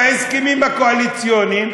בהסכמים הקואליציוניים,